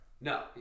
No